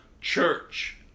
church